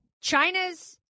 China's